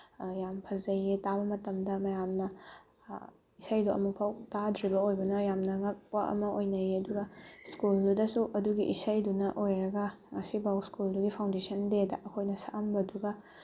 ꯌꯥꯝ ꯐꯖꯩꯌꯦ ꯇꯥꯕ ꯃꯇꯝꯗ ꯃꯌꯥꯝꯅ ꯏꯁꯩꯗꯣ ꯑꯃꯨꯛ ꯐꯥꯎ ꯇꯥꯗ꯭ꯔꯤꯕ ꯑꯣꯏꯕꯅ ꯌꯥꯝꯅ ꯉꯛꯄ ꯑꯃ ꯑꯣꯏꯅꯩꯌꯦ ꯑꯗꯨꯒ ꯁ꯭ꯀꯨꯜꯗꯨꯗꯁꯨ ꯑꯗꯨꯒꯤ ꯏꯁꯩꯗꯨꯅ ꯑꯣꯏꯔꯒ ꯉꯁꯤ ꯐꯥꯎ ꯁ꯭ꯀꯨꯜꯗꯨꯒꯤ ꯐꯥꯎꯟꯗꯦꯁꯟ ꯗꯦꯗ ꯑꯩꯈꯣꯏꯅ ꯁꯛꯑꯝꯕꯗꯨꯒ